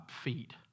feet